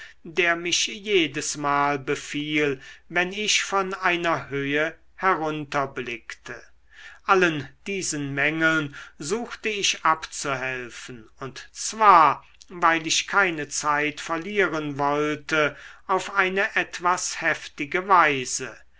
der mich jedesmal befiel wenn ich von einer höhe herunterblickte allen diesen mängeln suchte ich abzuhelfen und zwar weil ich keine zeit verlieren wollte auf eine etwas heftige weise